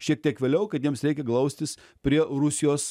šiek tiek vėliau kad jiems reikia glaustis prie rusijos